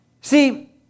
See